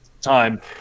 time